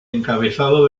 encabezado